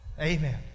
Amen